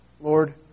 Lord